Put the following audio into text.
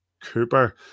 cooper